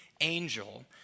angel